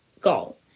goal